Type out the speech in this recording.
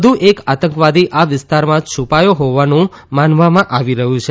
વધુ એક આતંકવાદી આ વિસ્તારમાં છુપાયો હોવાનું માનવામાં આવી રહ્યું છે